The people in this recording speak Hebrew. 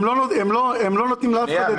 הם לא נותנים לאף אחד את ה --- שנייה,